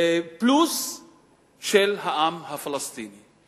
פלוס של העם הפלסטיני.